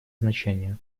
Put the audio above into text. значение